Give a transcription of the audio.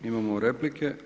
Imamo replike.